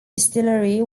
distillery